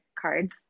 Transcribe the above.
cards